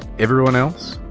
everyone else.